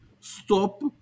Stop